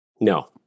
No